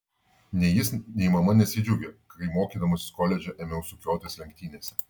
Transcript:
nei jis nei mama nesidžiaugė kai mokydamasis koledže ėmiau sukiotis lenktynėse